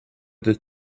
that